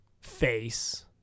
face